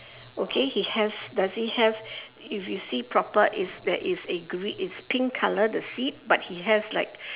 okay he has does he have if you see proper is there is a green it's pink colour the seat but he has like